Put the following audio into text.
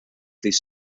ddydd